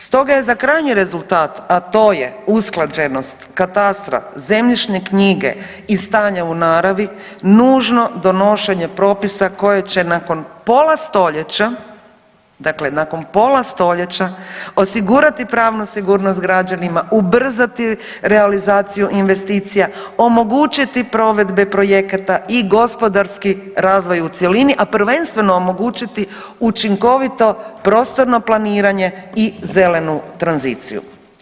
Stoga je za krajnji rezultat, a to je usklađenost katastra, zemljišne knjige i stanja u naravi nužno donošenje propisa koje će nakon pola stoljeća, dakle nakon pola stoljeća osigurati pravnu sigurnost građanima, ubrzati realizaciju investicija, omogućiti provedbe projekata i gospodarski razvoj u cjelini, a prvenstveno omogućiti učinkovito prostorno planiranje i zelenu tranziciju.